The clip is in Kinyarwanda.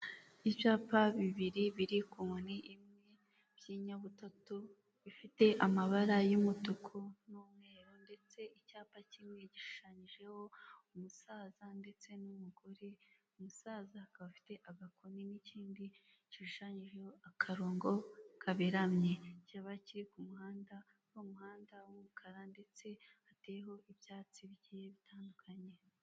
Ibyapa bibiri biri ku nkoni imwe by'inyabutatu, bifite amabara y'umutuku n'umweru ndetse icyapa kimwe ya gishushanyijeho umusaza ndetse n'umugore, umusaza akaba afite agakoni n'ikindi gishushanyijeho akarongo kaberamye, kiba kiri ku muhanda mu muhanda w'umukara ndetse hateyeho ibyatsi bike bitandukanye.